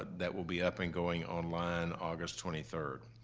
that will be up and going online august twenty three.